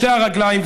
שתי הרגליים,